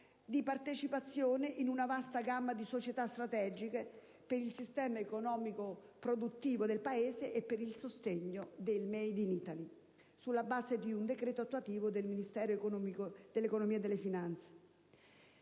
di partecipazioni in una vasta gamma di società strategiche per il sistema economico produttivo del Paese e per il sostegno del *made in Italy*, sulla base di un decreto attuativo del Ministero dell'economia e delle finanze.